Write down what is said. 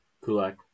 Kulak